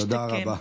תודה רבה.